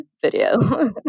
Video